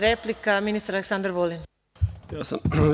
Replika, ministar Aleksandar Vulin.